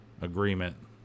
agreement